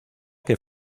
que